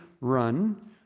run